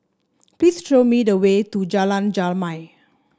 please show me the way to Jalan Jamal